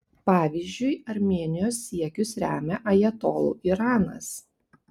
pavyzdžiui armėnijos siekius remia ajatolų iranas